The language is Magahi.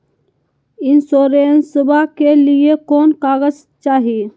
इंसोरेंसबा के लिए कौन कागज चाही?